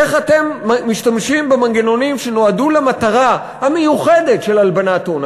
איך אתם משתמשים במנגנונים שנועדו למטרה המיוחדת של הלבנת הון?